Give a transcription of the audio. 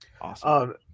awesome